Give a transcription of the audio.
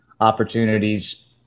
opportunities